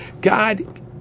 God